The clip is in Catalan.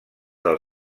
del